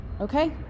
Okay